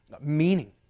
meaning